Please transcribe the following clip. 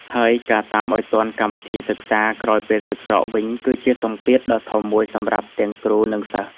ហើយការតាមឱ្យទាន់កម្មវិធីសិក្សាក្រោយពេលទឹកស្រកវិញ គឺជាសម្ពាធដ៏ធំមួយសម្រាប់ទាំងគ្រូ និងសិស្ស។